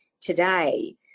today